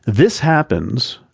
this happens,